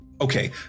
okay